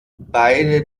beide